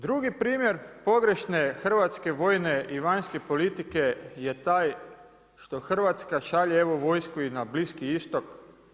Drugi primjer pogrešne hrvatske vojne i vanjske politike je taj što Hrvatska šalje evo vojsku i na Bliski Istok.